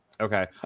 Okay